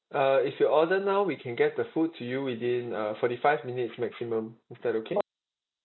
uh if you order now we can get the food to you within uh forty five minutes maximum is that okay